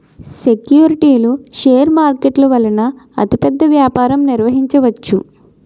సెక్యూరిటీలు షేర్ మార్కెట్ల వలన అతిపెద్ద వ్యాపారం నిర్వహించవచ్చు